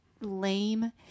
lame